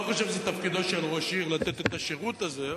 אני לא חושב שזה תפקידו של ראש עיר לתת את השירות הזה,